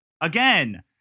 again